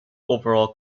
overall